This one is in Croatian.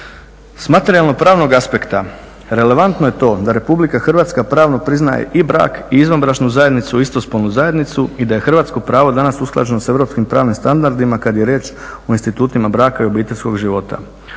S materijalno-pravnog aspekta relevantno je to da Republika Hrvatska pravno priznaje i brak i izvanbračnu zajednicu i istospolnu zajednicu i da je hrvatsko pravo danas usklađeno s europskim pravnim standardima kad je riječ o institutima braka i obiteljskog života.